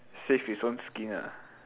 save his own skin ah